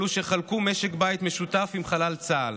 אלה שחלקו משק בית משותף עם חלל צה"ל,